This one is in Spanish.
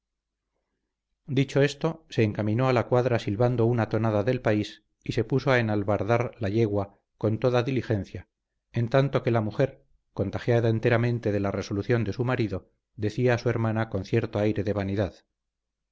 dicho esto se encaminó a la cuadra silbando una tonada del país y se puso a enalbardar la yegua con toda diligencia en tanto que la mujer contagiada enteramente de la resolución de su marido decía a su hermana con cierto aire de vanidad